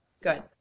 Good